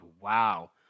wow